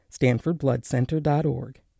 StanfordBloodCenter.org